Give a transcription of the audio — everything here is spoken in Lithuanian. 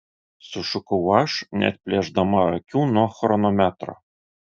sušukau aš neatplėšdama akių nuo chronometro